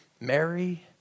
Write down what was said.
Mary